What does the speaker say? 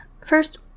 first